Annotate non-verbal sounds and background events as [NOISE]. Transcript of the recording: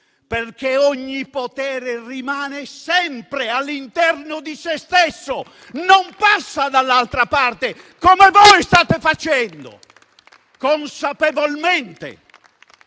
Perché ogni potere rimane sempre all'interno di se stesso, [APPLAUSE] non passa dall'altra parte, come voi state facendo, consapevolmente